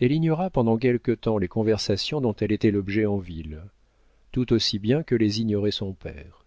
elle ignora pendant quelque temps les conversations dont elle était l'objet en ville tout aussi bien que les ignorait son père